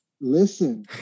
Listen